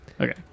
okay